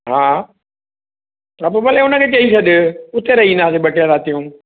हा पो भले हुनखे चई छॾु हुते रही ईंदासीं ॿ टे रातियूं